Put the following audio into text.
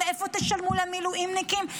מאיפה תשלמו למילואימניקים?